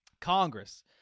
Congress